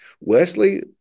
Wesley